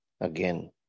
again